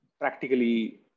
practically